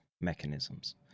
mechanisms